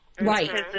right